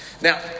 Now